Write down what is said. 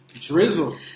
drizzle